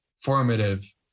formative